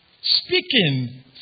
speaking